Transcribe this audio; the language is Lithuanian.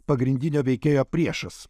pagrindinio veikėjo priešas